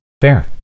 fair